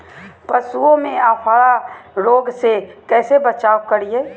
पशुओं में अफारा रोग से कैसे बचाव करिये?